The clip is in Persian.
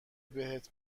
بهت